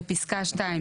- בפסקה (2),